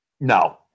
No